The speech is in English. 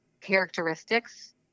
characteristics